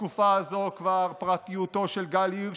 בתקופה הזאת כבר פרטיותו של גל הירש